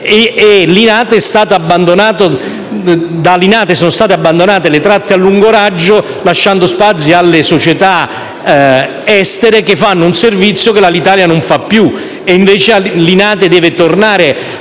Da Linate sono state abbandonate le tratte a lungo raggio, lasciando spazi alle società estere che fanno un servizio che l'Alitalia non fa più. Invece, Linate deve tornare